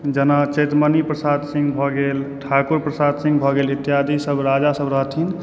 जेना चेतमणि प्रसाद सिंह भऽ गेल ठाकुर प्रसाद सिंह भऽ गेल इत्यादि सभ राजा सभ रहथिन